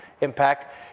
impact